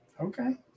Okay